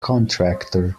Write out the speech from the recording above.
contractor